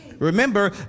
Remember